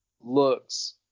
looks